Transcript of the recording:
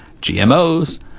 GMOs